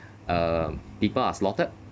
uh people are slaughtered